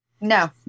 No